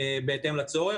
בהתאם לצורך.